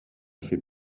fait